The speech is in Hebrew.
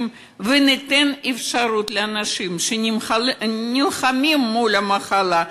וניתן אפשרות לאנשים שנלחמים מול המחלה,